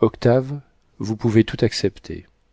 octave vous pouvez tout accepter